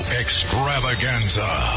extravaganza